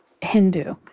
Hindu